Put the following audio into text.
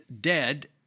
dead